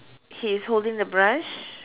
he is holding the brush